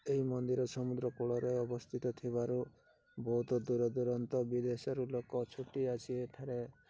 ଏହି ମନ୍ଦିର ସମୁଦ୍ର କୂଳରେ ଅବସ୍ଥିତ ଥିବାରୁ ବହୁତ ଦୂର ଦୂରାନ୍ତ ବିଦେଶରୁ ଲୋକ ଛୁଟି ଆସି ଏଠାରେ